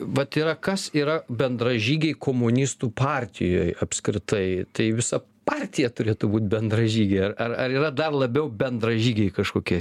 vat yra kas yra bendražygiai komunistų partijoj apskritai tai visa partija turėtų būt bendražygiai ar ar ar yra dar labiau bendražygiai kažkokie